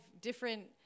different